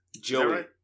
Joey